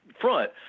front